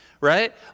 Right